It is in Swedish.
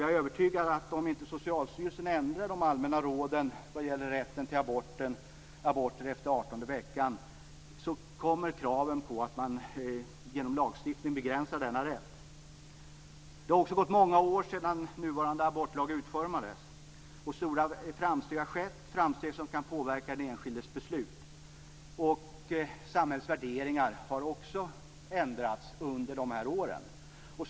Jag är övertygad om att det, om inte Socialstyrelsen ändrar de allmänna råden vad gäller rätten till abort efter artonde veckan, kommer krav på att man genom lagstiftning skall begränsa denna rätt. Det har gått många år sedan nuvarande abortlag utformades. Stora framsteg har skett som kan påverka den enskildes beslut. Samhällets värderingar har också ändrats under de här åren.